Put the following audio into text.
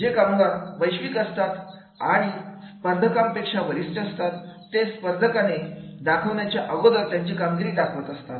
जे कामगार वैश्विक असतात आणि आणि स्पर्धकांपेक्षा वरिष्ठ असतात ते स्पर्धकाने दाखवण्याच्या अगोदर त्यांची कामगिरी दाखवत असतात